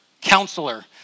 Counselor